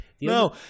No